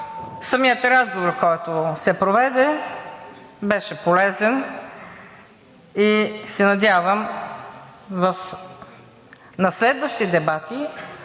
самият разговор, който се проведе, беше полезен и се надявам на следващи дебати